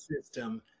system